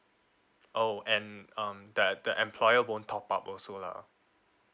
oh and um the the employer won't top up also lah